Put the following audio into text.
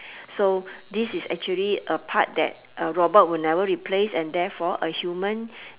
so this is actually a part that a robot will never replace and therefore a human